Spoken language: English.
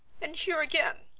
and here again.